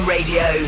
Radio